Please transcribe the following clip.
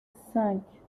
cinq